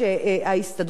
אם זה באמת נכון.